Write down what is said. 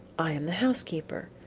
i am the housekeeper.